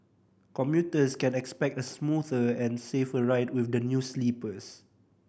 commuters can expect a smoother and safer ride with the new sleepers